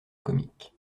comique